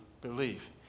believe